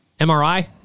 mri